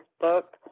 book